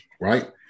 Right